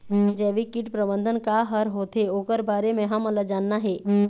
जैविक कीट प्रबंधन का हर होथे ओकर बारे मे हमन ला जानना हे?